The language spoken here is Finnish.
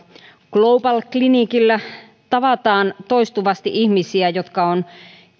global clinicillä tavataan toistuvasti ihmisiä jotka on